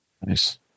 Nice